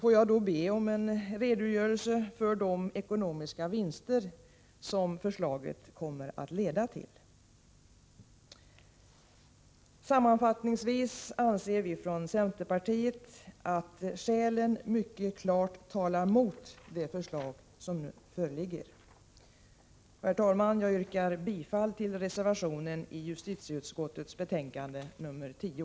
Får jag be om en redogörelse för de ekonomiska vinster som förslaget kommer att leda till. Sammanfattningsvis anser vi från centerpartiet att skälen mycket klart talar mot det förslag som här föreligger. Herr talman! Jag yrkar bifall till reservationen i justitieutskottets betänkande nr 10.